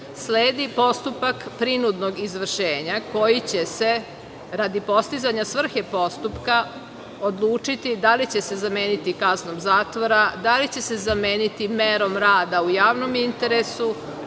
sledi postupak prinudnog izvršenja koji će se, radi postizanja svrhe postupaka odlučiti da li će se zameniti kaznom zatvora, da li će se zameniti merom rada u javnom interesu